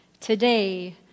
Today